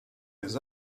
les